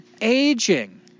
Aging